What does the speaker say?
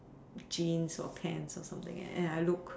jeans or pants or something like that and I look